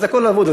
אז הכול אבוד.